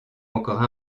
encore